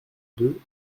deux